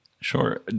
Sure